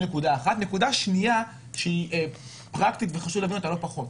נקודה שנייה שהיא פרקטית וחשוב להבין אותה לא פחות: